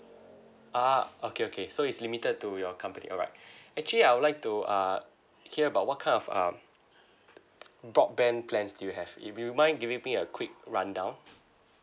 a'ah okay okay so is limited to your company alright actually I would like to uh hear about what kind of um broadband plans do you have if you mind giving me a quick rundown